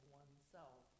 oneself